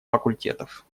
факультетов